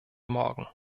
morgen